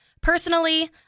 Personally